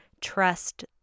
trust